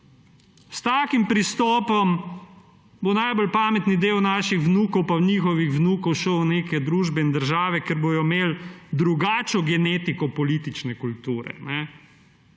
S takim pristopom bo najbolj pametni del naših vnukov, pa njihovih vnukov šel v neke družbe in države, kjer bodo imeli drugačno genetiko politične kulture.